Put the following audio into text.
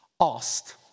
asked